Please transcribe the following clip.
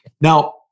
Now